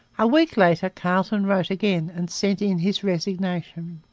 a week later carleton wrote again and sent in his resignation.